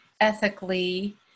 ethically